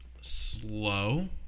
slow